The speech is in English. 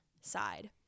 side